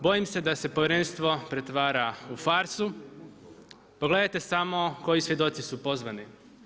Bojim se da se povjerenstvo pretvara u farsu, pogledajte samo koji svjedoci su pozvani.